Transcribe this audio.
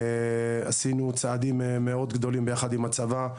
עשינו צעדים מאוד מאוד גדולים יחד עם הצבא,